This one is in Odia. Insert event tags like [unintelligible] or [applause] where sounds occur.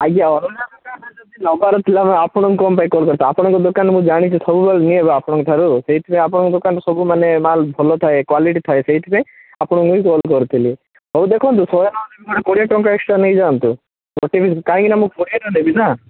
ଆଜ୍ଞା [unintelligible] ନେବାର ଥିଲା [unintelligible] ଆପଣଙ୍କୁ କ'ଣ ପାଇଁ କଲ୍ [unintelligible] ଆପଣଙ୍କ ଦୋକାନ ମୁଁ ଜାଣିଛି ସବୁବେଳେ ନିଏ ବା ଆପଣଙ୍କ ଠାରୁ ସେଇଥିପାଇଁ ଆପଣଙ୍କ ଦୋକାନର ସବୁ ମାନେ ମାଲ୍ ଭଲ ଥାଏ କ୍ଵାଲିଟି ଥାଏ ସେଇଥିପାଇଁ ଆପଣଙ୍କୁ ହିଁ କଲ୍ କରିଥିଲି ହଉ ଦେଖନ୍ତୁ [unintelligible] କୋଡ଼ିଏ ଟଙ୍କା ଏକ୍ସଟ୍ରା ନେଇଯାଆନ୍ତୁ [unintelligible] କାହିଁକିନା [unintelligible] ନେବିନା